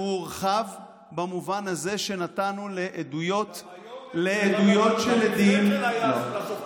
הוא הורחב במובן הזה שנתנו לעדויות של עדים --- אגב --- לשופטים,